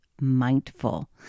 mindful